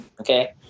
okay